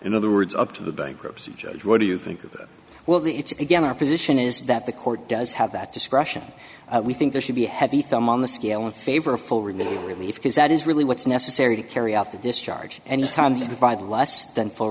in other words up to the bankruptcy judge what do you think of that well the it's again our position is that the court does have that discretion we think there should be a heavy thumb on the scale in favor of full remedial relief because that is really what's necessary to carry out the discharge and the time hit by the less than f